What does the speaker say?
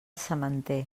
sementer